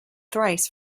thrice